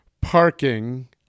parking